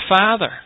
Father